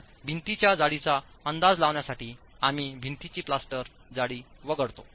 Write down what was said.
तर भिंतीच्या जाडीचा अंदाज लावण्यासाठी आम्ही भिंतीची प्लास्टर जाडी वगळतो